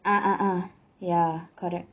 ah ah ah ya correct